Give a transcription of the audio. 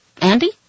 Andy